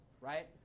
right